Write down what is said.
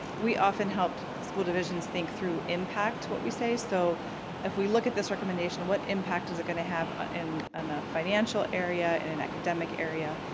we often helped school divisions think through impact, what we say, so if we look at this recommendation, what impact is it gonna have ah in a financial area, in an academic area,